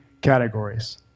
categories